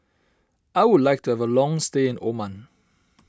I would like to have a long stay in Oman